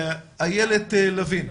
אילת לוין.